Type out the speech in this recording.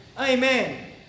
amen